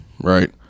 right